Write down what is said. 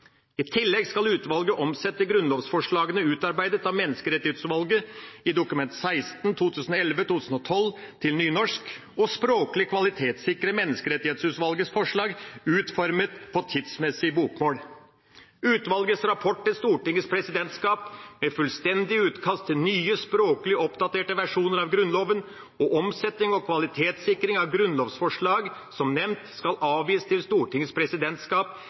I tillegg skal utvalget omsette grunnlovsforslagene utarbeidet av Menneskerettighetsutvalget i Dokument 16 til nynorsk, og språklig kvalitetssikre Menneskerettighetsutvalgets forslag utformet på tidsmessig bokmål. Utvalgets rapport til Stortingets presidentskap med fullstendige utkast til nye, språklig oppdaterte versjoner av Grunnloven, og omsetting og kvalitetssikring av grunnlovsforslag som nevnt, skal avgis til Stortingets presidentskap